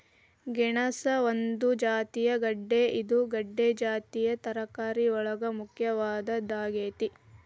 ಗೆಣಸ ಒಂದು ಜಾತಿಯ ಗೆಡ್ದೆ ಇದು ಗೆಡ್ದೆ ಜಾತಿಯ ತರಕಾರಿಯೊಳಗ ಮುಖ್ಯವಾದದ್ದಾಗೇತಿ